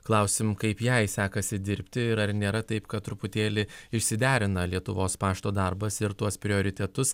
klausim kaip jai sekasi dirbti ir ar nėra taip kad truputėlį išsiderina lietuvos pašto darbas ir tuos prioritetus